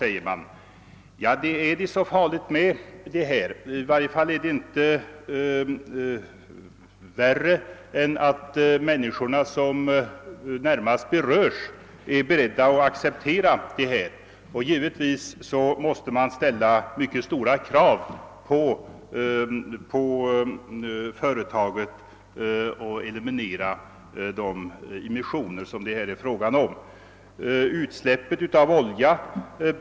Är det då så farligt med detta? I varje fall är det inte värre än att de människor som närmast berörs är beredda att acceptera. Givetvis måste man ställa mycket höga krav på företagen och eliminera de immissioner det här är fråga om.